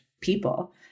people